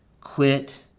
quit